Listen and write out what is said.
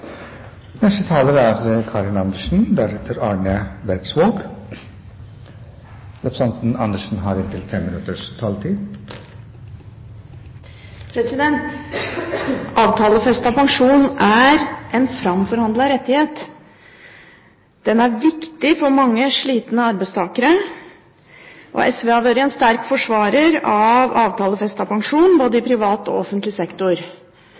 pensjon er en framforhandlet rettighet. Den er viktig for mange slitne arbeidstakere, og SV har vært en sterk forsvarer av avtalefestet pensjon, både i privat og i offentlig sektor.